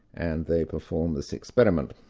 and they perform this experiment.